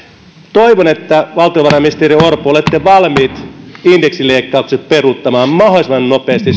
toivon että valtiovarainministeri orpo olette valmiita indeksileikkaukset peruuttamaan mahdollisimman nopeasti